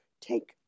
take